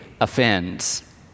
offends